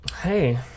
Hey